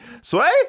Sway